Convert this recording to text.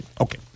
Okay